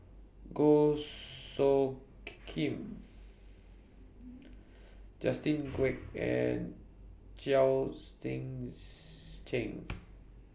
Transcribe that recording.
Goh Soo Khim Justin Quek and Chao Tzee Cheng